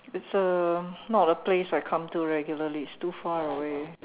it's uh not a place I come to regularly it's too far away